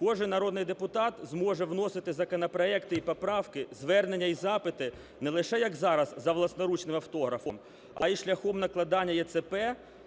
Кожен народний депутат зможе вносити законопроекти і поправки, звернення і запити не лише, як зараз, за власноручним автографом, а і шляхом накладання ЕЦП